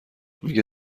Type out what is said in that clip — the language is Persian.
میگه